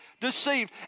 deceived